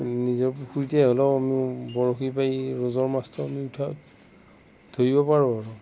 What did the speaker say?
নিজৰ পুখুৰীতে হ'লেও মোৰ বৰশী বাই মাছটো আমি উঠাও ধৰিব পাৰোঁ আৰু